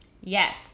Yes